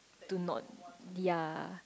do not ya